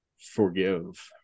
forgive